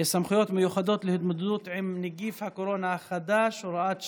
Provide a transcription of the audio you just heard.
סמכויות מיוחדות להתמודדות עם נגיף הקורונה החדש (הוראת שעה)